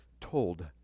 told